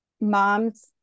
moms